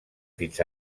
fins